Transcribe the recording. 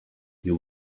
you